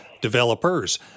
developers